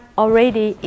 already